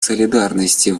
солидарности